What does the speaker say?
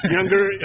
Younger